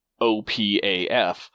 opaf